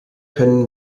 können